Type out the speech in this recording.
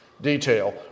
detail